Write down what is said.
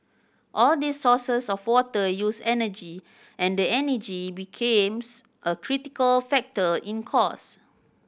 all these sources of water use energy and energy becomes a critical factor in cost